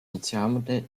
sozialmodell